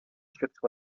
stripped